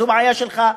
זו בעיה שלך,